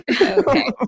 okay